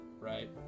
right